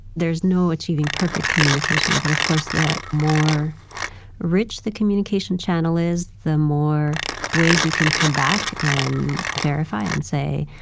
there's no achieving perfect communication, but of course the more rich the communication channel is, the more ways you can come back and verify and say,